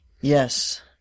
Yes